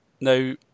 Now